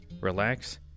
relax